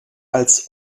als